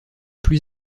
plus